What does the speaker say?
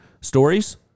stories